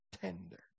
tender